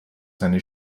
seine